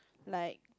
like